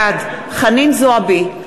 בעד חנין זועבי,